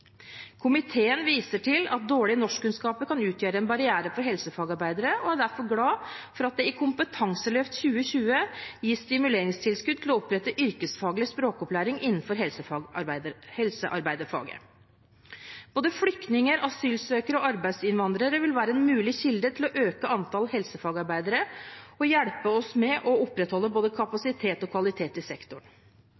Komiteen viser til at dårlige norskkunnskaper kan utgjøre en barriere for helsefagarbeidere, og er derfor glad for at det i Kompetanseløft 2020 gis stimuleringstilskudd til å opprette yrkesfaglig språkopplæring innenfor helsearbeiderfaget. Både flyktninger, asylsøkere og arbeidsinnvandrere vil være en mulig kilde til å øke antall helsefagarbeidere og hjelpe oss med å opprettholde både